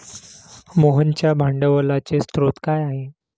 मोहनच्या भांडवलाचे स्रोत काय आहे?